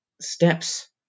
steps